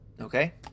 okay